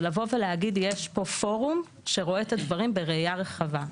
זה להגיד שיש פה פורום שרואה את הדברים בראייה רחבה.